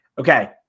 Okay